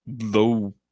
low